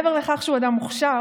מעבר לכך שהוא אדם מוכשר,